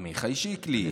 עמיחי שיקלי.